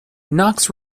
knox